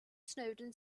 snowden